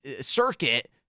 Circuit